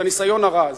את הניסיון הרע הזה,